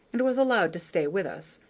and was allowed to stay with us,